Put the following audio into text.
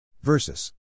Versus